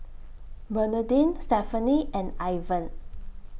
Bernadine Stephenie and Ivan